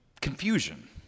confusion